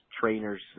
trainers